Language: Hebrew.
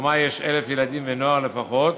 שבתחומה יש 1,000 ילדים ונוער לפחות,